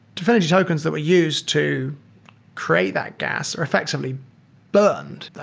dfinity tokens that we use to create that gas are effectively burned.